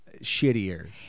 shittier